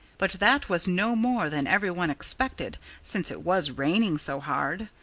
but that was no more than everyone expected, since it was raining so hard.